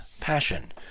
passion